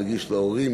נגיש להורים,